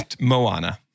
Moana